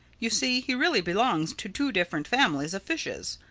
you see he really belongs to two different families of fishes.